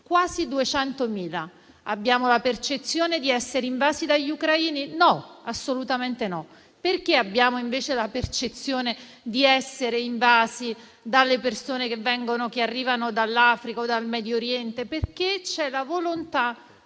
Quasi 200.000. Abbiamo la percezione di essere invasi dagli ucraini? No, assolutamente no. Perché abbiamo invece la percezione di essere invasi dalle persone che arrivano dall'Africa o dal Medio Oriente? Perché c'è la volontà